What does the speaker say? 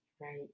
right